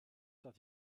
dat